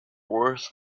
worth